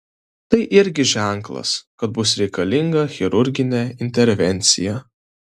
tai irgi ženklas kad bus reikalinga chirurginė intervencija